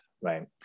right